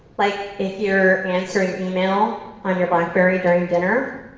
like if you're answering email on your blackberry during dinner,